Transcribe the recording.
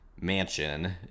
mansion